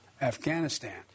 Afghanistan